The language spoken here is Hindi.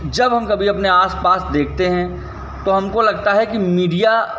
जब हम कभी अपने आस पास देखते हैं तो हमको लगता है कि मीडिया